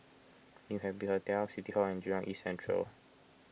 New Happy Hotel City Hall and Jurong East Central